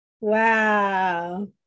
Wow